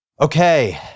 Okay